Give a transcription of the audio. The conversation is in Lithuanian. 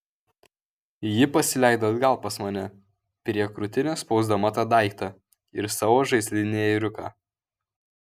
ji pasileido atgal pas mane prie krūtinės spausdama tą daiktą ir savo žaislinį ėriuką